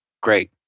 Great